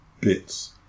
bits